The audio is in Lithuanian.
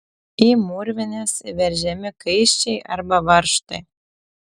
į mūrvines įveržiami kaiščiai arba varžtai